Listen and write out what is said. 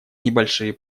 небольшие